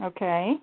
Okay